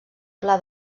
pla